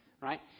Right